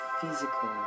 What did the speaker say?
physical